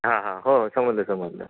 हां हां हो समजलं समजलं